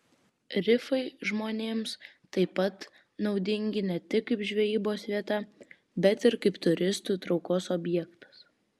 rifai žmonėms taip pat naudingi ne tik kaip žvejybos vieta bet ir kaip turistų traukos objektas